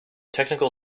technical